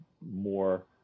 more